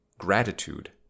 gratitude